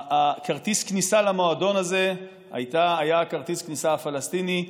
כרטיס הכניסה למועדון הזה היה כרטיס הכניסה הפלסטיני.